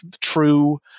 true